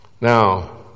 Now